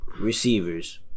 receivers